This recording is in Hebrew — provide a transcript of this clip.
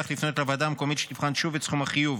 לפנות לוועדה המקומית שתבחן שוב את סכום החיוב.